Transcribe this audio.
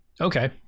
okay